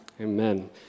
Amen